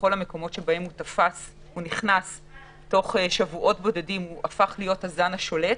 בכל המקומות שבהם הוא תפס הוא הפך תוך שבועות בודדים להיות הזן השולט.